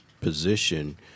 position